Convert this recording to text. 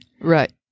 Right